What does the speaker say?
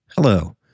Hello